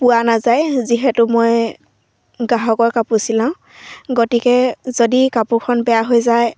পোৱা নাযায় যিহেতু মই গ্ৰাহকৰ কাপোৰ চিলাওঁ গতিকে যদি কাপোৰখন বেয়া হৈ যায়